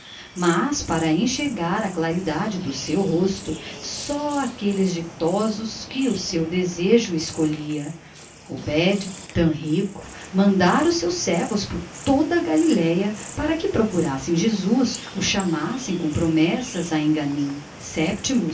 mas para enxergar a claridade do seu rosto só aqueles ditosos que o seu desejo escolhia obed tão rico mandara os seus servos por toda a galileia para que procurassem jesus o chamassem com promessas a enganim